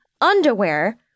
underwear